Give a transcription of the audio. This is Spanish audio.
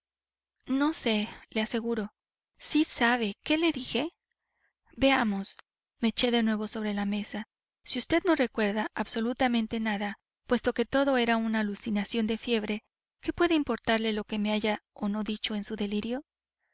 no sé le aseguro sí sabe qué le dije veamos me eché de nuevo sobre la mesa si vd no recuerda absolutamente nada puesto que todo era una alucinación de fiebre qué puede importarle lo que me haya o no dicho en su delirio